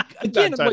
again